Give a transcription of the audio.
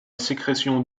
sécrétion